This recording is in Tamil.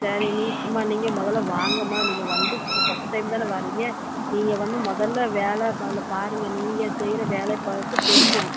சரி நீ எம்மா நீங்கள் முதல்ல வாங்கம்மா நீங்கள் வந்து ஃபஸ்ட் டைம் தானே வாரிங்க நீங்கள் வந்து முதல்ல வேலை முதல்ல பாருங்கள் நீங்கள் செய்கிற வேலையை பார்த்தா தெரிஞ்சிடும்